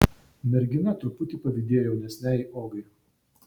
mergina truputį pavydėjo jaunesnei ogai